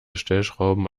stellschrauben